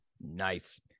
Nice